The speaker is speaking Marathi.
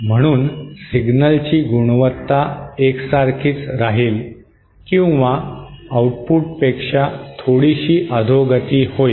म्हणूनच सिग्नलची गुणवत्ता एकसारखीच राहील किंवा आउटपुटपेक्षा थोडीशी अधोगती होईल